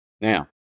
Now